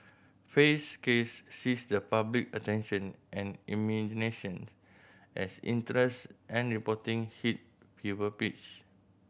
Fay's case seized the public attention and imagination as interest and reporting hit fever pitch